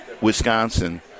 Wisconsin